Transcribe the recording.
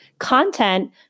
Content